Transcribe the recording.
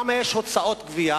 מהן הוצאות הגבייה?